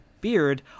beard